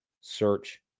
search